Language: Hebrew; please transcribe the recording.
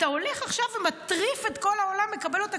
אתה הולך עכשיו ומטריף את כל העולם לקבל עוד תקציבים,